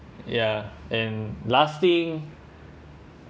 ya and last thing